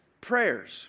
prayers